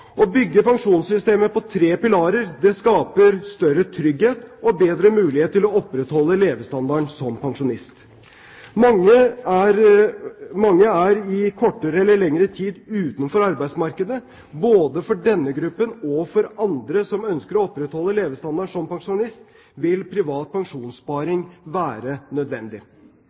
Å bygge pensjonssystemet på tre pilarer skaper større trygghet og bedre mulighet til å opprettholde levestandarden som pensjonist. Mange er i kortere eller lengre tid utenfor arbeidsmarkedet. Både for denne gruppen og for andre som ønsker å opprettholde levestandarden som pensjonist, vil privat pensjonssparing være nødvendig.